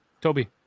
Toby